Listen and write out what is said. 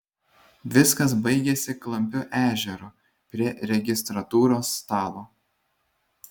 viskas baigėsi klampiu ežeru prie registratūros stalo